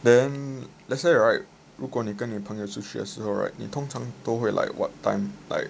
then let's say right 如果你跟女朋友出去的时候你通常都会 like what time like